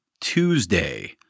Tuesday